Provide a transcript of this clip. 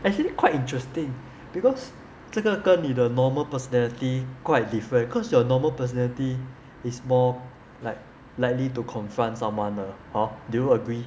actually quite interesting because 这个跟你的 normal personality quite different because your normal personality is more like likely to confront someone ah hor do you agree